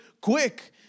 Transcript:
quick